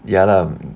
ya lah